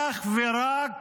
אך ורק